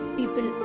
people